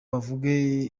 bavuge